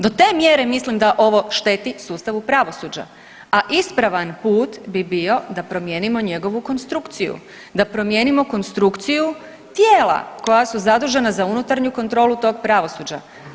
Do te mjere mislim da ovo šteti sustavu pravosuđa, a ispravan put bi bio da promijenimo njegovu konstrukciju, da promijenimo konstrukciju tijela koja su zadužena za unutarnju kontrolu tog pravosuđa.